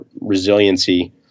resiliency